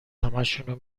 همشونو